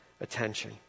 attention